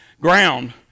ground